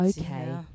okay